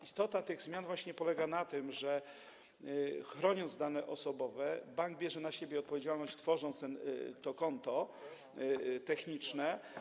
Istota tych zmian polega właśnie na tym, że chroniąc dane osobowe, bank bierze na siebie odpowiedzialność, tworząc to konto techniczne.